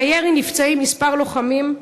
מהירי נפצעים מספר לוחמים,